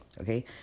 Okay